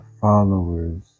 followers